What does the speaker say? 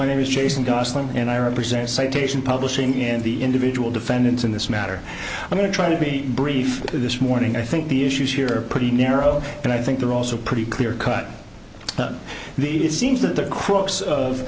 my name is jason gosling and i represent citation publishing in the individual defendants in this matter i'm going to try to be brief this morning i think the issues here pretty narrow and i think they're also pretty clear cut that need it seems that the crux of